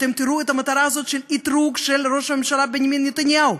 אתם תראו את המטרה של אִתרוג ראש הממשלה בנימין נתניהו.